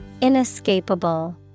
Inescapable